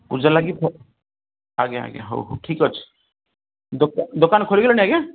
ପୂଜା ଲାଗି ଆଜ୍ଞା ଆଜ୍ଞା ହଉ ହଉ ଠିକ୍ ଅଛି ଦୋକା ଦୋକାନ ଖୋଲି ଗଲାଣି ଆଜ୍ଞା